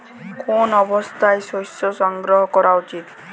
কোন অবস্থায় শস্য সংগ্রহ করা উচিৎ?